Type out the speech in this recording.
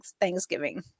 Thanksgiving